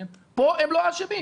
אבל כאן הם לא אשמים.